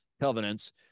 covenants